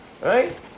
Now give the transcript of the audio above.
right